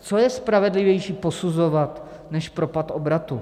Co je spravedlivější posuzovat než propad obratu?